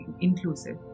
inclusive